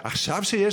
אבל עכשיו,